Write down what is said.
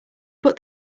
put